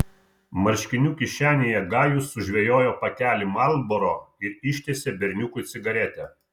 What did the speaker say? marškinių kišenėje gajus sužvejojo pakelį marlboro ir ištiesė berniukui cigaretę